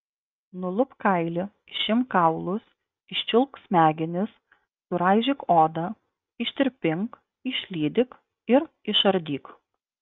nulupk kailį išimk kaulus iščiulpk smegenis suraižyk odą ištirpink išlydyk ir išardyk